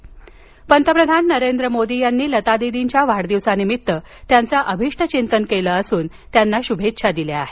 मोदी पंतप्रधान नरेंद्र मोदी यांनी लतादीदींचं वाढदिवसानिमित्त अभिष्टचिंतन केलं असून त्यांना शुभेच्छा दिल्या आहेत